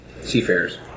seafarers